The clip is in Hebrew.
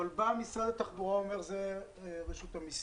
אבל בא משרד התחבורה ואומר: זה רשות המיסים.